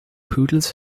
poodles